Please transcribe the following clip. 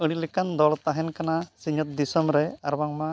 ᱟᱹᱰᱤᱞᱮᱠᱟᱱ ᱫᱚᱲ ᱛᱟᱦᱮᱱ ᱠᱟᱱᱟ ᱥᱤᱧᱚᱛ ᱫᱤᱥᱚᱢᱨᱮ ᱟᱨᱵᱟᱝᱢᱟ